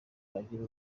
bagira